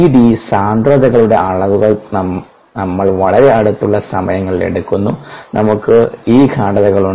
CD സാന്ദ്രതകളുടെ അളവുകൾ നമ്മൾ വളരെ അടുത്തുള്ള സമയങ്ങളിൽ എടുക്കുന്നു നമ്മൾക്ക് ഈ ഗാഢതകളുണ്ട്